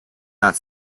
not